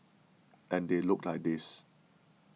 and they look like this